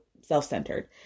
self-centered